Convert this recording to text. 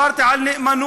דיברתי על נאמנות,